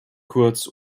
kurz